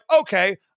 okay